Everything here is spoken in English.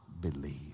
believe